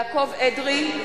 (קוראת בשמות חברי הכנסת) יעקב אדרי,